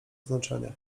znaczenia